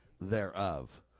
thereof